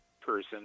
person